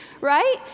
right